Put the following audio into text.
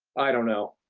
i don't know,